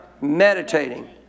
Meditating